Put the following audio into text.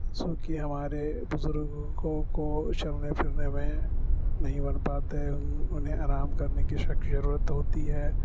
سونکہ ہمارے بزرگوں کو چلنے پھرنے میں نہیں بن پاتے ان انہیں آرام کرنے کی سخت ضرورت ہوتی ہے